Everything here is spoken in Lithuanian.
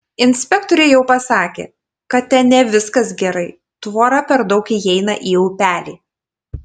inspektoriai jau pasakė kad ten ne viskas gerai tvora per daug įeina į upelį